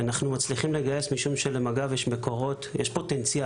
אנחנו מצליחים לגייס משום שיש לנו מקורות ופוטנציאל